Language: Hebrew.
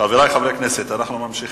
חברי חברי הכנסת, אנחנו ממשיכים.